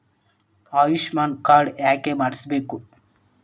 Ayushman card ಯಾಕೆ ಮಾಡಿಸಬೇಕು?